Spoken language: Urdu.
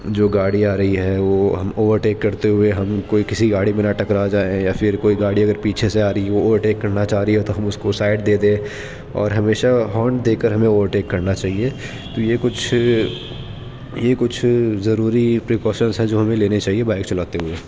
جو گاڑی آ رہی ہے وہ ہم اوورٹیک کرتے ہوئے ہم ان کوئی کسی گاڑی میں نہ ٹکرا جائیں یا پھر کوئی گاڑی اگر پیچھے سے آ رہی ہو اوورٹیک کرنا چاہ رہی ہے تو ہم اس کو سائڈ دے دیں اور ہمیشہ ہارن دے کر ہمیں اوورٹیک کرنا چاہیے تو یہ کچھ یہ کچھ ضروری پریکاشنس ہیں جو ہمیں لینے چاہیے بائیک چلاتے ہوئے